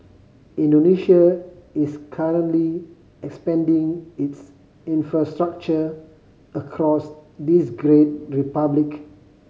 Indonesia is currently expanding its infrastructure across this great republic